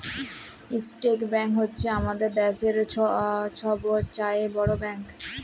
state bank হছে আমাদের দ্যাশের ছব চাঁয়ে বড় ব্যাংক